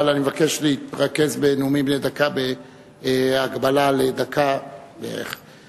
אבל אני מבקש להתרכז בנאומים בני דקה בהגבלה לדקה.